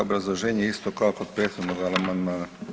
Obrazloženje isto kao kod prethodnog amandmana.